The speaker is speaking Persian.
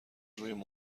روی